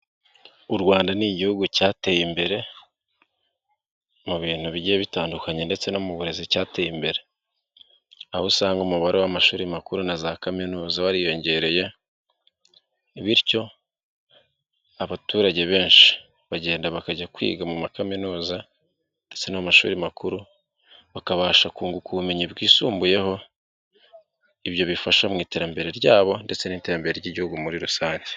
u Rwanda ni igihugu cyateye imbere mu bintu bigiye bitandukanye ndetse no mu burezi cyateye imbere, aho usanga umubare w'amashuri makuru na za kaminuza wariyongereye, bityo abaturage benshi bagenda bakajya kwiga mu ma kaminuza ndetse n'amashuri makuru, bakabasha kunguka ubumenyi bwisumbuyeho, ibyo bifasha mu iterambere ryabo ndetse n'iterambere ry'igihugu muri rusange.